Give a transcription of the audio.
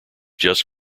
just